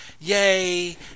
Yay